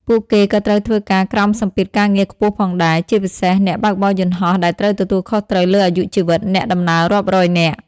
ពួកគេក៏ត្រូវធ្វើការក្រោមសម្ពាធការងារខ្ពស់ផងដែរ ជាពិសេសអ្នកបើកបរយន្តហោះដែលត្រូវទទួលខុសត្រូវលើអាយុជីវិតអ្នកដំណើររាប់រយនាក់។